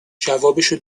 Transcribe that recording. جوابشو